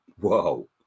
whoa